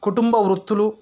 కుటుంబ వృత్తులు